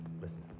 Listen